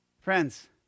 Friends